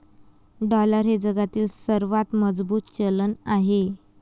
dollar हे जगातील सर्वात मजबूत चलन आहे